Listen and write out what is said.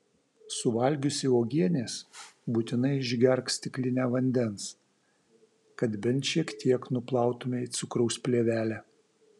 suvalgiusi uogienės būtinai išgerk stiklinę vandens kad bent šiek tiek nuplautumei cukraus plėvelę